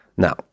Now